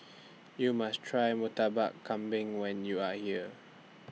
YOU must Try Murtabak Kambing when YOU Are here